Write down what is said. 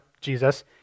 Jesus